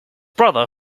brother